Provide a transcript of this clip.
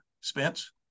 Spence